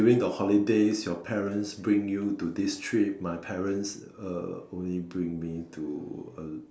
during the holidays your parents bring you to this trip my parents uh only bring me to uh